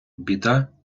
біда